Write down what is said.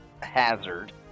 Hazard